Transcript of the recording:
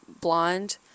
Blonde